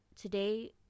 Today